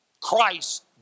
Christ